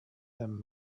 him